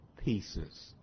pieces